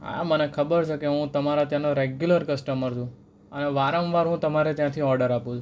હા મને ખબર છે કે હું તમારા ત્યાંનો રેગ્યુલર કસ્ટમર છું અને વારંવાર હું તમારે ત્યાંથી ઑડર આપું છું